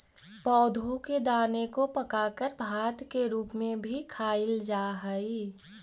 पौधों के दाने को पकाकर भात के रूप में भी खाईल जा हई